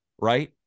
Right